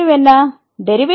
derivative என்பது 15 x2